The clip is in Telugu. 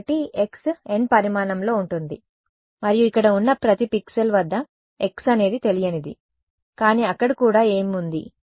కాబట్టి x n పరిమాణంలో ఉంటుంది మరియు ఇక్కడ ఉన్న ప్రతి పిక్సెల్ వద్ద x అనేది తెలియనిది కానీ అక్కడ కూడా ఏమి ఉంది